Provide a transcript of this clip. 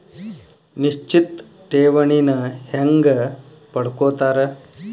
ನಿಶ್ಚಿತ್ ಠೇವಣಿನ ಹೆಂಗ ಪಡ್ಕೋತಾರ